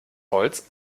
holz